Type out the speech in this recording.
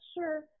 sure